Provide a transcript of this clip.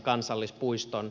kansallispuiston